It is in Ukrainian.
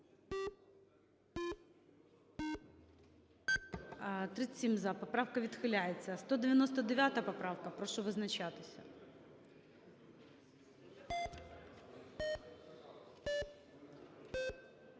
37 – за поправка відхиляється. 199 поправка, прошу визначатися.